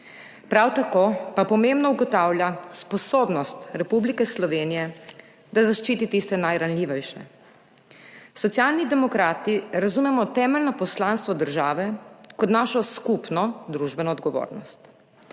Prav tako pa pomembno ugotavlja sposobnost Republike Slovenije, da zaščiti tiste najranljivejše. Socialni demokrati razumemo temeljno poslanstvo države kot našo skupno družbeno odgovornost,